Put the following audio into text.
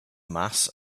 mass